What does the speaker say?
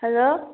hello